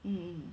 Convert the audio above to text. mm